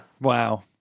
Wow